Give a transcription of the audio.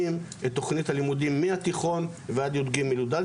את תכנית הלימודים מהתיכון ועד י"ג-י"ד.